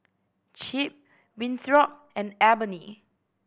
Chip Winthrop and Ebony